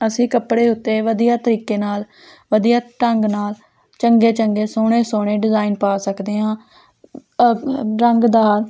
ਅਸੀਂ ਕੱਪੜੇ ਉੱਤੇ ਵਧੀਆ ਤਰੀਕੇ ਨਾਲ ਵਧੀਆ ਢੰਗ ਨਾਲ ਚੰਗੇ ਚੰਗੇ ਸੋਹਣੇ ਸੋਹਣੇ ਡਿਜ਼ਾਇਨ ਪਾ ਸਕਦੇ ਹਾਂ ਰੰਗਦਾਰ